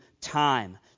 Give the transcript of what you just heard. time